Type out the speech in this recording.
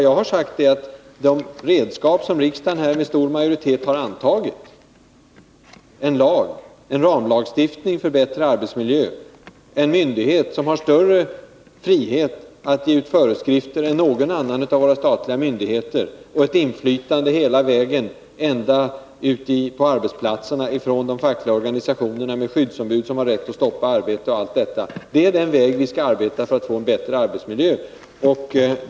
Jag har sagt att de redskap som riksdagen här med stor majoritet har beslutat om — en ramlagstiftning för bättre arbetsmiljö, en myndighet som har större frihet att ge föreskrifter än någon annan av våra statliga myndigheter och ett inflytande hela vägen ända ut på arbetsplatserna ifrån de fackliga organisationerna, med skyddsombud som har rätt att stoppa arbetet och allt detta — är den väg vi skall gå för att få bättre arbetsmiljö.